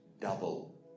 double